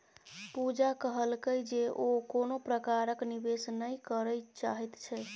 पूजा कहलकै जे ओ कोनो प्रकारक निवेश नहि करय चाहैत छै